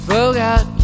Forgot